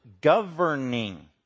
governing